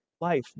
life